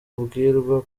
abwirwa